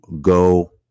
go